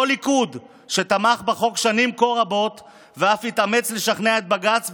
אותו ליכוד שתמך בחוק שנים כה רבות ואף להתאמץ לשכנע את בג"ץ,